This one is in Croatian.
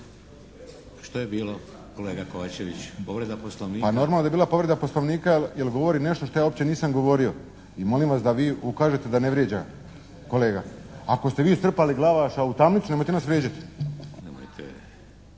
Što je bila kolega Kovačeviću? Povreda Poslovnika. **Kovačević, Pero (HSP)** Pa normalno da je bila povreda Poslovnika jer govori nešto što ja uopće nisam govorio. I molim vas da vi ukažete da ne vrijeđa kolega. Ako ste vi strpali Glavaša u tamnicu nemojte nas vrijeđati. **Šeks,